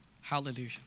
Hallelujah